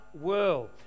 world